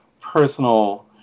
personal